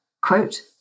quote